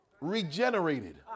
regenerated